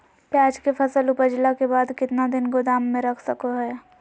प्याज के फसल उपजला के बाद कितना दिन गोदाम में रख सको हय?